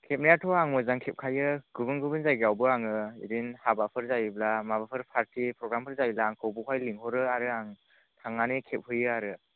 खेबनायाथ' आं मोजां खेबखायो गुबुन गुबुन जायगायावबो आङो बिदिनो हाबाफोर जायोब्ला माबाफोर पार्टि प्रग्रामफोर जायोब्ला आंखौ बेवहाय लिंहरो आरो आं थांनानै खेबहैयो आरो